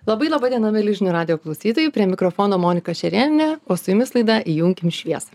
labai laba diena mieli žinių radijo klausytojai prie mikrofono monika šerėnienė o su jumis laida įjunkim šviesą